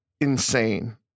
insane